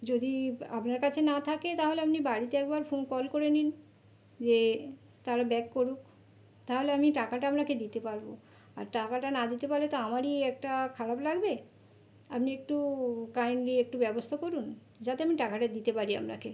যদি আপনার কাছে না থাকে তাহলে আপনি বাড়িতে একবার ফোন কল করে নিন যে তারা ব্যাক করুক তাহলে আমি টাকাটা আপনাকে দিতে পারব আর টাকাটা না দিতে পারলে তো আমারই একটা খারাপ লাগবে আপনি একটু কাইন্ডলি একটু ব্যবস্থা করুন যাতে আমি টাকাটা দিতে পারি আপনাকে